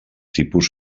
tipus